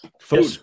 food